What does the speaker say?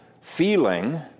feeling